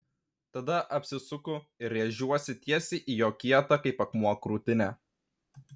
tada apsisuku ir rėžiuosi tiesiai į jo kietą kaip akmuo krūtinę